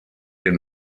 den